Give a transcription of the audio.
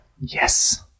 Yes